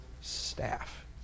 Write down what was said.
staff